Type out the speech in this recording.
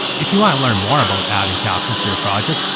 if you want to learn more about adding captions to your project,